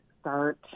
start